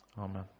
Amen